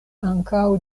ankaŭ